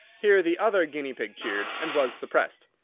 here the other guinea-pig cheered, and was suppressed.